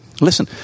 Listen